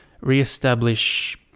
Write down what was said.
reestablish